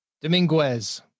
Dominguez